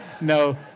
no